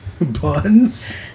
Buns